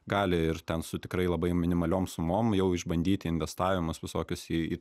gali ir ten su tikrai labai minimaliom sumom jau išbandyti investavimus visokius į į